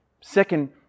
Second